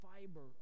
fiber